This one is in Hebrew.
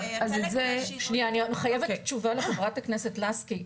אני חייבת תשובה לחה"כ לסקי.